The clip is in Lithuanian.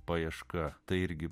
paieška tai irgi